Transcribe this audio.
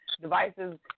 devices